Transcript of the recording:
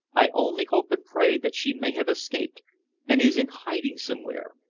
i only hope and pray that she may have escaped and is in hiding somewhere,